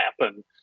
happen